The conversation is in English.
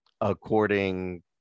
according